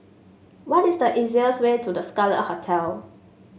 what is the easiest way to The Scarlet Hotel